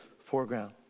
foreground